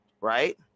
right